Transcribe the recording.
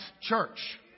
church